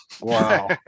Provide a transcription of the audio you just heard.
Wow